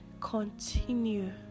continue